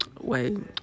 wait